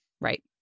Right